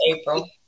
April